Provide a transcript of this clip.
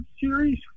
series